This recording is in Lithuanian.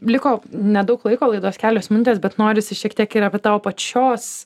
liko nedaug laiko laidos kelios minutės bet norisi šiek tiek ir apie tavo pačios